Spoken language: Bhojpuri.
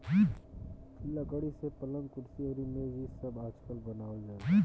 लकड़ी से पलंग, कुर्सी अउरी मेज़ इ सब आजकल बनावल जाता